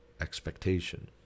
Expectation